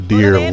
Dear